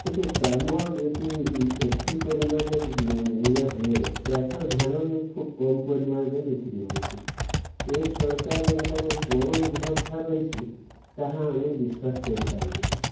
କିନ୍ତୁ କାମ ଯଦି ଏତିକି ପରିମାଣରେ ଇଏ ହୁଏ ଚାଷ ଧାନ ବି ଖୁବ୍ କମ୍ ପରିମାଣରେ ବିକ୍ରି ହେଉଛି ଏହି ସରକାରଙ୍କର କ'ଣ ଭରସା ରହିଛି ତାହା ଆମେ ବିଶ୍ୱାସ କରିପାରୁନା